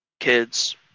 Kids